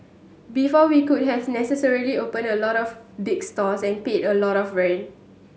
before we could has necessarily opened a lot of big stores and paid a lot of rent